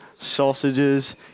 sausages